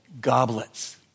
goblets